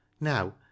Now